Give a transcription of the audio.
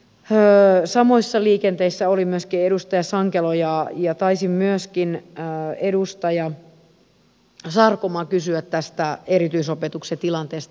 samoissa liikenteissä oli myöskin edustaja sankelo ja taisi myöskin edustaja sarkomaa kysyä tästä erityisopetuksen tilanteesta